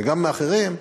וגם מאחרים,